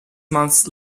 months